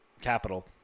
capital